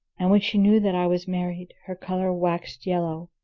and when she knew that i was married, her colour waxed yellow,